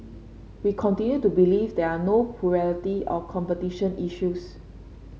we continue to believe there are no plurality or competition issues